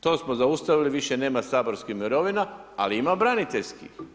To smo zaustavili, više nema saborskih mirovina ali ima braniteljskih.